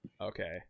Okay